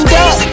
up